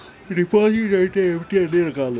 Deposit అంటే ఏమిటీ ఎన్ని రకాలు?